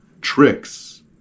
Tricks